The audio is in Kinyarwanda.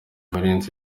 valens